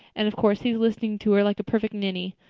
and of course he's listening to her like a perfect ninny.